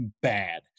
bad